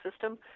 system